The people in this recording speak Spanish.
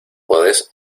podes